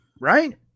right